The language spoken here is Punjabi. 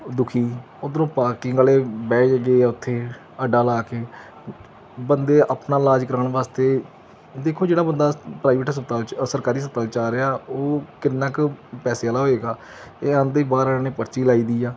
ਦੁਖੀ ਉੱਧਰੋਂ ਪਾਰਕਿੰਗ ਵਾਲੇ ਬਹਿ ਉੱਥੇ ਅੱਡਾ ਲਾ ਕੇ ਬੰਦੇ ਆਪਣਾ ਇਲਾਜ ਕਰਵਾਉਣ ਵਾਸਤੇ ਦੇਖੋ ਜਿਹੜਾ ਬੰਦਾ ਪ੍ਰਾਈਵੇਟ ਹਸਪਤਾਲ 'ਚ ਸਰਕਾਰੀ ਹਸਪਤਾਲ 'ਚ ਆ ਰਿਹਾ ਉਹ ਕਿੰਨਾ ਕੁ ਪੈਸੇ ਵਾਲਾ ਮਜ਼ਬੂਰ ਹੋਵੇਗਾ ਇਹ ਆਉਂਦੇ ਹੀ ਬਾਹਰ ਵਾਲੇ ਨੇ ਪਰਚੀ ਲਾਈ ਦੀ ਆ